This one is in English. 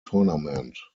tournament